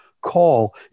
call